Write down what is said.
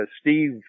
Steve